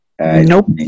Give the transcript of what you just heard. Nope